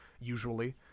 usually